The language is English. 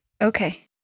Okay